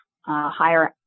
higher